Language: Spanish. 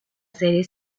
serie